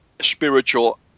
spiritual